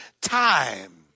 time